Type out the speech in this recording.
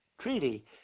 treaty